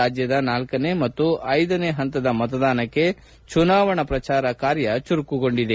ರಾಜ್ಯದ ನಾಲ್ಕನೇ ಮತ್ತ ಐದನೇ ಹಂತದ ಮತದಾನಕ್ಕೆ ಚುನಾವಣಾ ಪ್ರಚಾರ ಕಾರ್ಯ ಚುರುಕುಗೊಂಡಿದೆ